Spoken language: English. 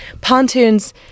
pontoons